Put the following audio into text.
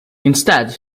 instead